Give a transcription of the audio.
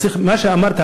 מה שאמרת,